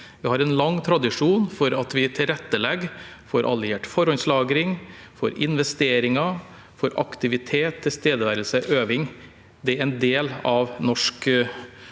Vi har en lang tradisjon for at vi tilrettelegger for alliert forhåndslagring, investeringer, aktivitet, tilstedeværelse og øving. Det er en del av norsk